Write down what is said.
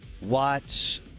Watts